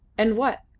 and what?